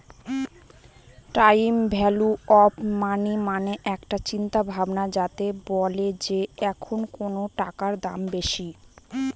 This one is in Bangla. টাইম ভ্যালু অফ মানি মানে একটা চিন্তা ভাবনা যাতে বলে যে এখন কোনো টাকার দাম বেশি